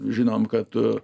žinom kad